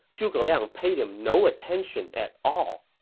zhuge liang paid him no attention at all.